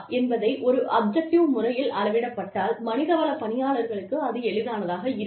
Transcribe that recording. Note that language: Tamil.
என்பதை ஒரு அப்ஜெக்டிவ் முறையில் அளவிடப்பட்டால் மனிதவள பணியாளர்களுக்கு அது எளிதானதாக இருக்கும்